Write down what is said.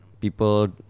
people